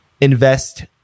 invest